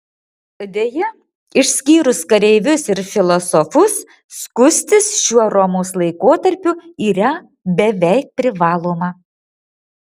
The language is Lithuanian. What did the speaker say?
deja išskyrus kareivius ir filosofus skustis šiuo romos laikotarpiu yra beveik privaloma